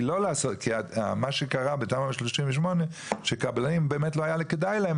כי מה שקרה בתמ"א 38 שקבלנים באמת לא היה כדאי להם.